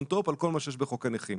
On top על כל מה שיש בחוק הנכים.